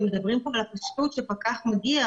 ומדברים פה על הפשטות שפקח מגיע,